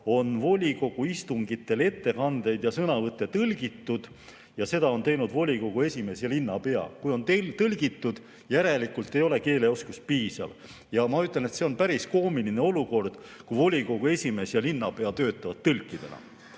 on volikogu istungitel ettekandeid ja sõnavõtte tõlgitud ja seda on teinud volikogu esimees ja linnapea. Kui on tõlgitud, järelikult ei ole keeleoskus piisav. Ja ma ütlen, et see on päris koomiline olukord, kui volikogu esimees ja linnapea töötavad tõlkidena.